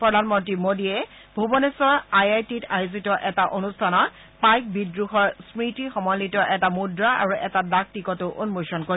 প্ৰধানমন্ত্ৰী মোডীয়ে ভুৱনেশ্বৰ আই আই টিত আয়োজিত এটা অনুষ্ঠানত পাইক বিদ্ৰোহৰ স্মৃতি সম্বলিত এটা মুদ্ৰা আৰু এটা ডাক টিকটো উন্মোচন কৰিব